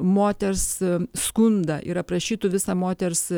moters skundą ir aprašytų visą moters